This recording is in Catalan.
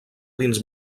dins